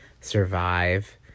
survive